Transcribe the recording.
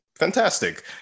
Fantastic